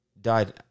Died